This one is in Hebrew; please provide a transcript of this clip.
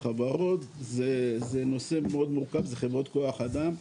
חברות זה נושא מאוד מורכב, אלו חברות כוח אדם,